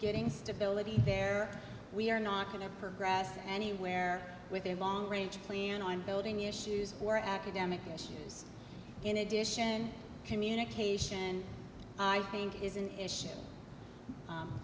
getting stability there we're not going to progress anywhere with a long range plan on building issues for academics in addition communication i think is an issue